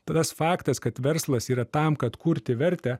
tas faktas kad verslas yra tam kad kurti vertę